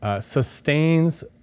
sustains